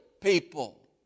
people